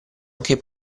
anche